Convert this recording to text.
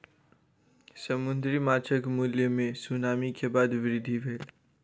समुद्री माँछक मूल्य मे सुनामी के बाद वृद्धि भेल